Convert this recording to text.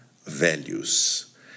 values